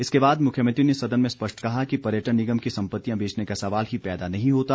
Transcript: इसके बाद मुख्यमंत्री ने सदन में स्पष्ट कहा कि पर्यटन निगम की संपत्तियां बेचने का सवाल ही पैदा नहीं होता